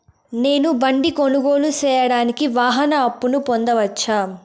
నేను బండి కొనుగోలు సేయడానికి వాహన అప్పును పొందవచ్చా?